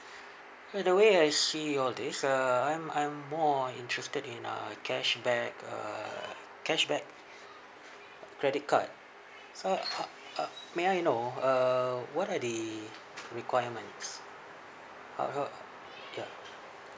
well the way I see all this uh I'm I'm more interested in uh cashback uh cashback credit card so uh uh may I know uh what are the requirements how how ya